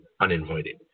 Uninvited